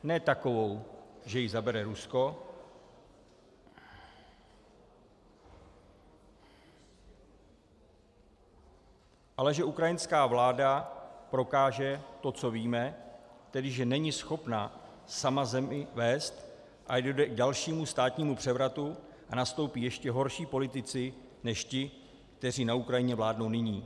Ne takovou, že ji zabere Rusko, ale že ukrajinská vláda prokáže to, co víme, tedy že není schopná sama zemi vést, a že dojde k dalšímu státnímu převratu a nastoupí ještě horší politici než ti, kteří na Ukrajině vládnou nyní.